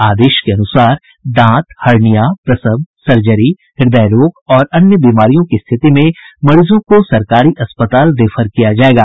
आदेश के अनुसार दांत हर्निया प्रसव सर्जरी हृदय रोग और अन्य बीमारियों की स्थिति में मरीजों को सरकारी अस्पताल रेफर किया जायेगा